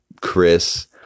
Chris